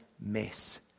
miss